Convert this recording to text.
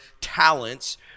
talents